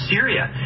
Syria